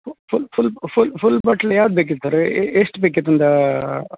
full full full full bottle ಯಾವ್ದು ಬೇಕಿತ್ತು sir ಎಷ್ಟು ಬೇಕಿತ್ತು ಒಂದಾ